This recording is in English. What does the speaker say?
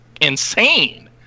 insane